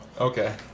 Okay